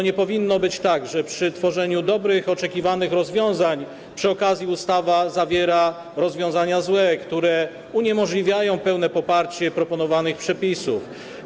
Nie powinno być tak, że przy tworzeniu dobrych, oczekiwanych rozwiązań przy okazji ustawa zawiera rozwiązania złe, które uniemożliwiają pełne poparcie proponowanych przepisów.